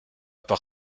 par